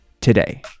today